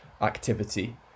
activity